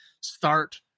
start